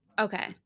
Okay